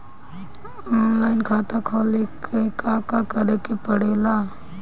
Online खाता खोले ला का का करे के पड़े ला?